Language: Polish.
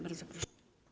Bardzo proszę.